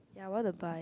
ya I want to buy